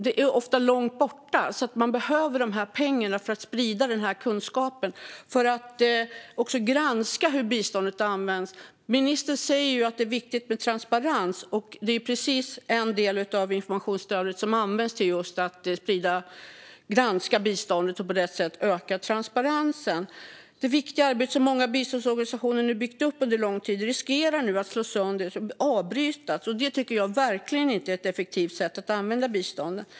Det är ofta långt borta, så man behöver de här pengarna för att sprida kunskapen och också för att granska hur biståndet har använts. Ministern säger att det är viktigt med transparens, och en del av informationsstödet används just till att granska biståndet och på det sättet öka transparensen. Det viktiga arbete som många biståndsorganisationer byggt upp under lång tid riskerar nu att slås sönder och avbrytas, och det tycker jag verkligen inte är ett effektivt sätt att använda biståndet.